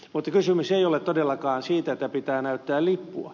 mutta kysymys ei ole todellakaan siitä että pitää näyttää lippua